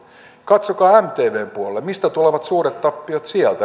katsokaa mtvn puolelle mistä tulevat suuret tappiot sieltä